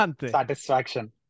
Satisfaction